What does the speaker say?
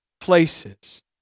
places